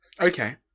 Okay